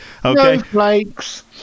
Snowflakes